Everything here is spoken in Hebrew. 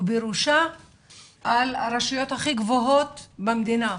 ובראשה על הרשויות הכי גבוהות במדינה.